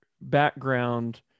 background